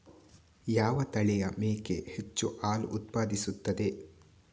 ಯಾವ ತಳಿಯ ಮೇಕೆ ಹೆಚ್ಚು ಹಾಲು ಉತ್ಪಾದಿಸುತ್ತದೆ?